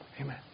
Amen